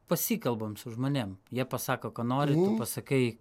pasikalbam su žmonėm jie pasako ko nori tu pasakai